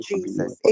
Jesus